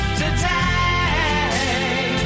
today